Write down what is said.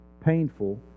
painful